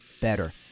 better